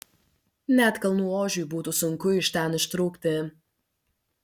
net kalnų ožiui būtų sunku iš ten ištrūkti